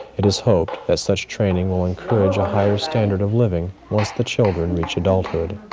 it is hoped that such training will encourage a higher standard of living once the children reach adulthood.